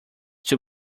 too